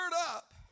up